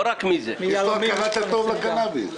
לא כל רופא יכול לאשר קנאביס.